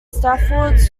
stafford